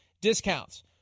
discounts